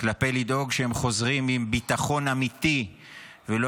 לדאוג שהם חוזרים עם ביטחון אמיתי ולא